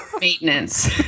Maintenance